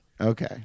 okay